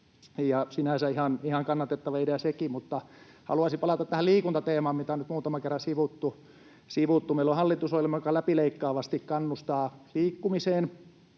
sinänsä on ihan kannatettava idea sekin. Mutta haluaisin palata tähän liikuntateemaan, mitä on nyt muutaman kerran sivuttu. Meillä on hallitusohjelma, joka läpileikkaavasti kannustaa liikkumiseen.